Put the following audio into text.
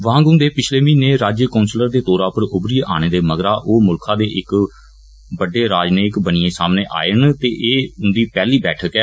वांग हुंदे पिछले महीने राज्य काउंसिलर दे तौरा पर उमरियै औने दे मगरा ओह मुल्खा दे इक बडडा राजनीयिक बनियै सामने आयै न ते एह उंदी पैहली बैठक ऐ